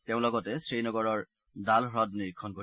তেওঁ লগতে শ্ৰীনগৰৰ ডাল হৃদ নিৰীক্ষণ কৰিব